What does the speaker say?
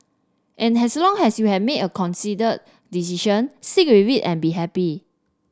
and as long as you have made a considered decision stick with it and be happy